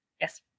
Yes